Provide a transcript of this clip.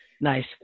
Nice